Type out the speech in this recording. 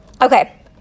okay